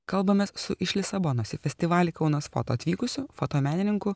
kalbamės su iš lisabonos į festivalį kaunas foto atvykusiu fotomenininku